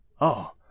Oh